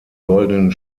goldenen